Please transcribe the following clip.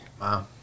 wow